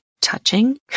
touching